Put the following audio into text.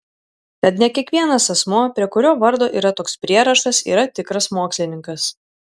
tad ne kiekvienas asmuo prie kurio vardo yra toks prierašas yra tikras mokslininkas